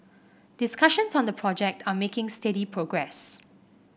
discussions on the project are making steady progress